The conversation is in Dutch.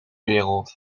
wereld